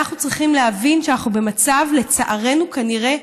אנחנו צריכים להבין שאנחנו במצב, לצערנו, כנראה,